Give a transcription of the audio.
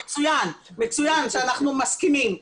מצוין, מצוין שאנחנו מסכימים.